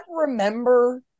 remember